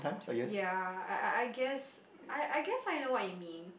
ya I I I guess I I guess I know what you mean